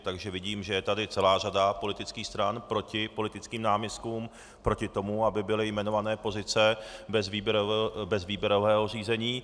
Takže vidím, že je tady celá řada politických stran proti politickým náměstkům, proti tomu, aby byly jmenované pozice bez výběrového řízení.